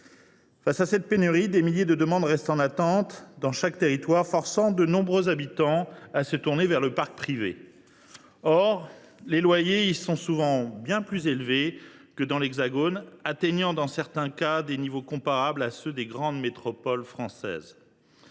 Face à cette pénurie, des milliers de demandes restent en attente dans chaque territoire, forçant de nombreux habitants à se tourner vers le parc privé. Or les loyers y sont souvent bien plus élevés que dans l’Hexagone. Ils atteignent dans certains cas des niveaux comparables à ceux des grandes métropoles françaises.